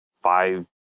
five